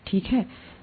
ठीक है